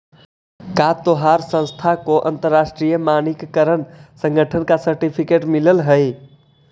का तोहार संस्था को अंतरराष्ट्रीय मानकीकरण संगठन का सर्टिफिकेट मिलल हई